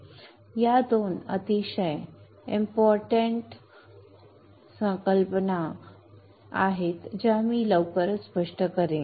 त्याचप्रमाणे कॅपेसिटरच्या बाबतीत जो एक अतिशय महत्त्वाचा डायनॅमिक कंपोनेंट्स आहे जो DC DC कन्व्हर्टरमध्ये वापरला जाईल